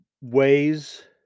ways